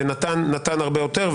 ונתן הרבה יותר,